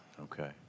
okay